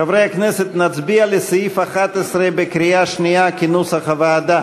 חברי הכנסת, נצביע על סעיף 11 כנוסח הוועדה